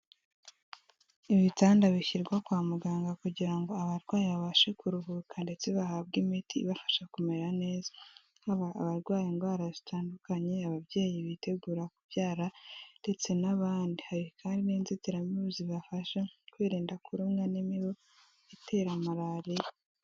Ibitanda bishyirwa kwa muganga kugira ngo abarwayi babashe kuruhuka ndetse bahabwe imiti ibafasha kumera neza, nk'abarwaye indwara zitandukanye, ababyeyi bitegura kubyara ndetse n'abandi, hari kandi n'inzitiramibu zibafasha kwirinda kurumwa n'imibu itera malariya.